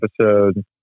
episode